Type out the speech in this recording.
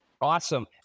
Awesome